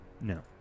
No